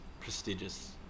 Prestigious